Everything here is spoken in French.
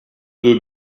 deux